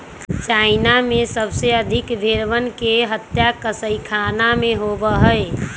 China में सबसे अधिक भेंड़वन के हत्या कसाईखाना में होबा हई